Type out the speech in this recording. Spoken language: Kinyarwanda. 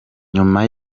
nyuma